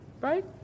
right